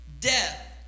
death